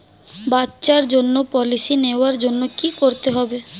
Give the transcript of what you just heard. বাচ্চার জন্য পলিসি নেওয়ার জন্য কি করতে হবে?